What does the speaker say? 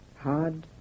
hard